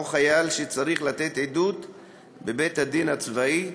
חייל שצריך לתת עדות בבית-הדין הצבאי,